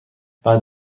بعد